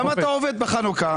למה אתה עובד בחנוכה?